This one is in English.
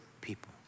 people